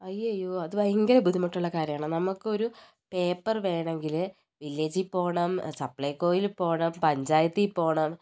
അയ്യയ്യോ അത് ഭയങ്കര ബുദ്ധിമുട്ടുള്ള കാര്യമാണ് നമുക്കൊരു പേപ്പർ വേണമെങ്കിൽ വില്ലേജിൽ പോകണം സപ്ലൈകോയിൽ പോകണം പഞ്ചായത്തിൽ പോകണം